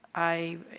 i,